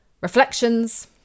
reflections